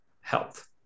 health